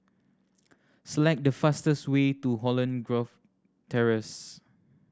select the fastest way to Holland Grove Terrace